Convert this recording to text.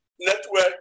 network